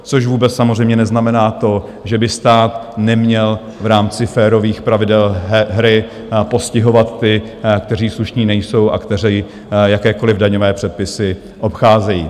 Což vůbec samozřejmě neznamená to, že by stát neměl v rámci férových pravidel hry postihovat ty, kteří slušní nejsou a kteří jakékoliv daňové předpisy obcházejí.